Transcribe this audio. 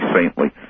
saintly